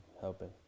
helping